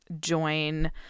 join